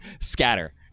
scatter